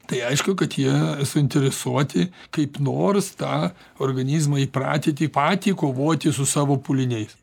tai aišku kad jie suinteresuoti kaip nors tą organizmą įpratyti patį kovoti su savo pūliniais